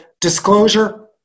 disclosure